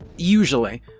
Usually